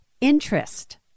interest